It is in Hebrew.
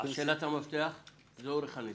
שאלת המפתח היא אורך הנסיעה.